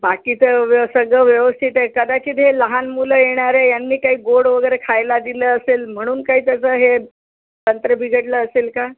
बाकीचं व्य सगळं व्यवस्थित आहे कदाचित हे लहान मुलं येणारे यांनी काही गोड वगैरे खायला दिलं असेल म्हणून काही त्याचं हे तंत्र बिघडलं असेल का